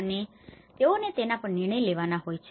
અને તેઓને તેના પર નિર્ણય લેવાના હોય છે